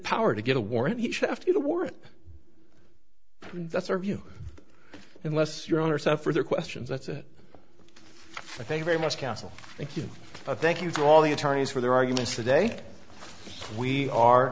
power to get a warrant after the war that's our view unless you're on or suffer their questions that's it i think very much castle thank you i thank you for all the attorneys for their arguments today we are